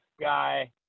guy